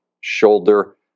shoulder